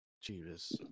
Jesus